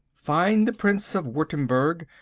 find the prince of wurttemberg,